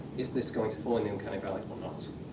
is this going to fall in the uncanny valley or not?